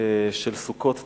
של סוכות תשנ"א,